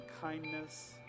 kindness